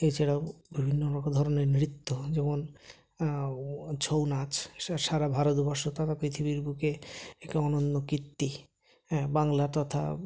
এছাড়াও বিভিন্ন রকম ধরনের নৃত্য যেমন ছৌ নাচ সারা ভারতবর্ষ তথা পৃথিবীর বুকে একটা অনন্য কীর্তি হ্যাঁ বাংলা তথা